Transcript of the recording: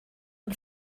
und